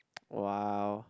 wow